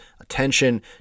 attention